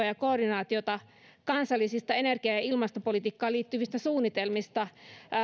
ja koordinaatiota kansallisista energia ja ja ilmastopolitiikkaan liittyvistä suunnitelmista